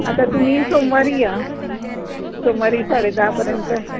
आता तुम्ही सोमवारी या सोमवारी साडे दहापर्यंत